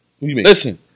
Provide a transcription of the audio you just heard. listen